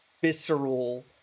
visceral